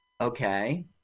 Okay